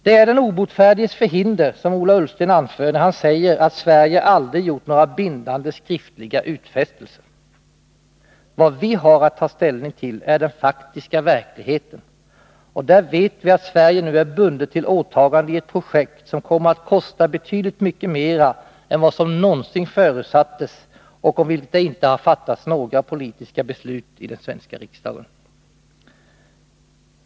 Det är den obotfärdiges förhinder, som Ola Ullsten anför när han säger att Sverige aldrig gjort några bindande, skriftliga utfästelser. Vad vi har att ta ställning till är den faktiska verkligheten, och där vet vi att Sverige nu är bundet till åtaganden i ett projekt, som kommer att kosta betydligt mycket mera än vad som någonsin förutsatts och om vilket det inte har fattats några politiska beslut i den svenska riksdagen.